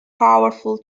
powerful